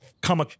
come